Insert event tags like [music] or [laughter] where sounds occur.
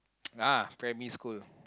[noise] ah primary school